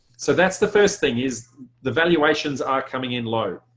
so that's the first thing is the valuations are coming in low.